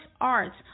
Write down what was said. arts